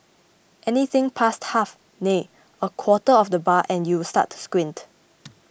anything past half nay a quarter of the bar and you start to squint